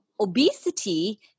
obesity